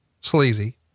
Sleazy